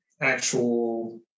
actual